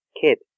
kid